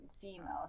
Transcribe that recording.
females